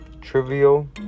trivial